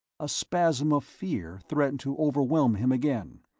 a spasm of fear threatened to overwhelm him again,